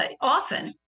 often